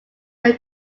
are